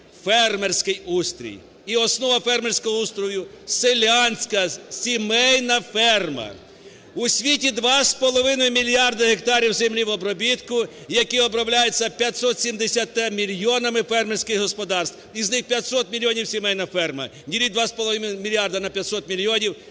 фермерський устрій, і основа фермерського устрою – селянська сімейна ферма. У світі 2,5 мільярди гектарів землі в обробітку, які обробляється 570 мільйонами фермерських господарств, з них 500 мільйонів сімейна ферма, діліть 2,5 мільярди на 500 мільйонів